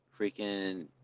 freaking